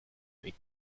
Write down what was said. avec